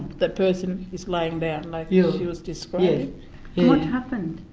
that person is lying there like yeah she was describing. and what happened?